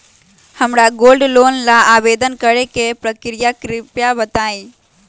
हमरा gold loan ला आवेदन करे के प्रक्रिया कृपया बताई